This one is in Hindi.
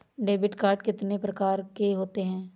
डेबिट कार्ड कितनी प्रकार के होते हैं?